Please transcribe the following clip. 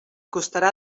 costarà